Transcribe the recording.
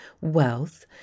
wealth